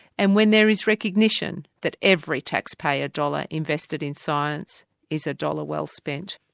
and when there is recognition that every tax-payer dollar invested in science is a dollar well spent.